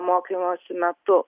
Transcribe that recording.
mokymosi metu